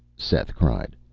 seth cried.